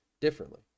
differently